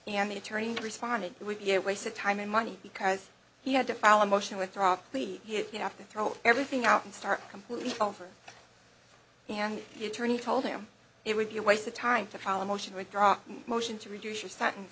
and the attorney responded it would be a waste of time and money because he had to file a motion with promptly you have to throw everything out and start completely over and the attorney told him it would be a waste of time to follow motion or drop motion to reduce your satin